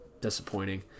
Disappointing